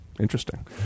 Interesting